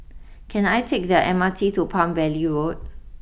can I take the M R T to Palm Valley Road